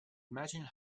imagined